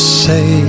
say